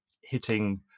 hitting